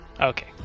Okay